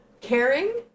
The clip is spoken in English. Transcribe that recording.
Caring